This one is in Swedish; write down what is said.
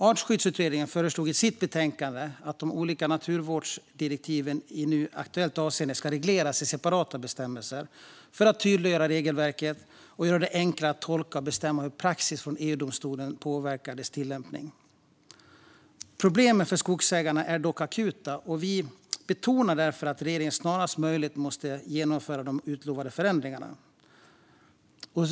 Artskyddsutredningen föreslog i sitt betänkande att de olika naturvårdsdirektiven i nu aktuellt avseende ska regleras i separata bestämmelser för att tydliggöra regelverket och göra det enklare att tolka och bedöma hur praxis från EU-domstolen påverkar dess tillämpning. Problemen för skogsägarna är dock akuta. Vi i utskottet betonar därför att regeringen snarast möjligt måste genomföra de utlovade förändringarna.